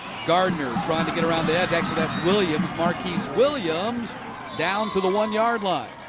gardner trying to get around the edge. that's that's williams. marquiz williams down to the one yard line.